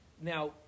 now